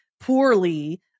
poorly